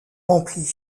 remplie